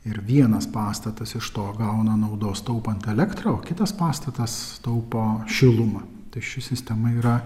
ir vienas pastatas iš to gauna naudos taupant elektrą kitas pastatas taupo šilumą tad ši sistema yra